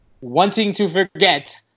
wanting-to-forget